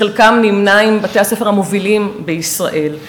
שחלקם נמנים עם בתי-הספר המובילים בישראל.